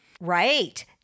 Right